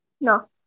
no